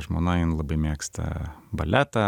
žmona jin labai mėgsta baletą